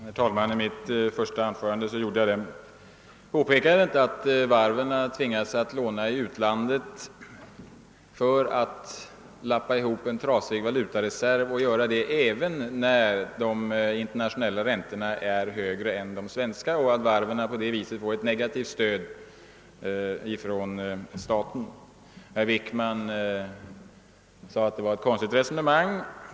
Herr talman! I mitt första anförande gjorde jag påpekandet, att varven tvingas låna i utlandet för att lappa ihop en trasig valutareserv, detta även när de internationella räntorna är högre än de svenska, och att varven på det sättet får ett negativt stöd av staten. Herr Wickman sade att det var ett konstigt resonemang.